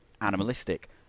animalistic